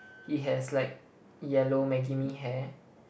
he has like yellow Maggie-Mee hair